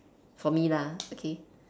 for me lah okay